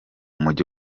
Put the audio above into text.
mujyi